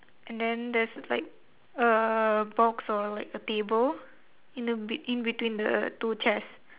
and then there's like a box or like a table in the be~ in between the two chairs